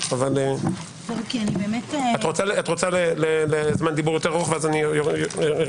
כשאני עונה לך, אתה מנסה לסתום לי את